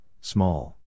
small